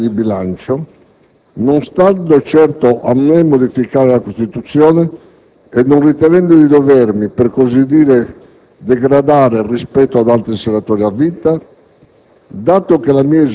e la legge di bilancio, non stando certo a me modificare la Costituzione e non ritenendo di dovermi, per così dire, degradare rispetto agli altri senatori a vita,